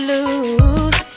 lose